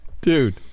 dude